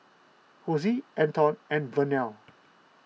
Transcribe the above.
Hosie Anton and Vernell